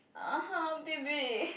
(uh huh) baby